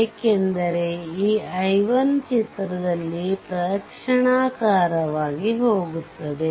ಏಕೆಂದರೆ ಈ i1 ಚಿತ್ರದಲ್ಲಿ ಪ್ರದಕ್ಷಿಣಾಕಾರವಾಗಿ ಹೋಗುತ್ತದೆ